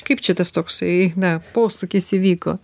kaip čia tas toksai na posūkis įvyko